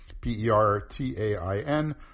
P-E-R-T-A-I-N